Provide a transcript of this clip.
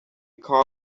car